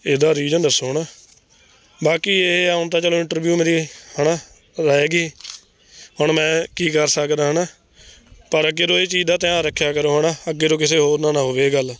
ਇਹਦਾ ਰੀਜ਼ਨ ਦੱਸੋ ਹੈ ਨਾ ਬਾਕੀ ਇਹ ਆ ਹੁਣ ਤਾਂ ਚਲੋ ਇੰਟਰਵਿਊ ਮੇਰੀ ਹੈ ਨਾ ਰਹਿ ਗਈ ਹੁਣ ਮੈਂ ਕੀ ਕਰ ਸਕਦਾ ਹੈ ਨਾ ਪਰ ਅੱਗੇ ਤੋਂ ਇਹ ਚੀਜ਼ ਦਾ ਧਿਆਨ ਰੱਖਿਆ ਕਰੋ ਹੈ ਨਾ ਅੱਗੇ ਤੋਂ ਕਿਸੇ ਹੋਰ ਨਾਲ ਨਾ ਹੋਵੇ ਇਹ ਗੱਲ